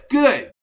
good